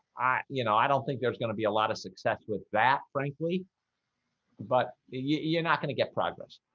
i you know, i don't think there's gonna be a lot of success with that frankly but you're not gonna get progress.